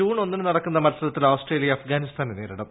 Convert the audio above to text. June ഒന്നിന് നടക്കുന്ന മൽസരത്തിൽ ആസ്ട്രേലിയ അഫ്ഗാനിസ്ഥാനെ നേരിടും